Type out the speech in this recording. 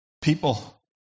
people